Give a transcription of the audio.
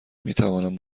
میتوانم